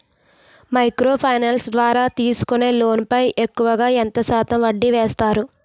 Micro finance ద్వారా తీసుకునే loan పై ఎక్కువుగా ఎంత శాతం వడ్డీ వేస్తారు?